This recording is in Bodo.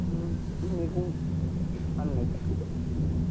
बे मैगं फाननाय खाथियाव